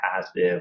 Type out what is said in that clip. passive